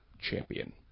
champion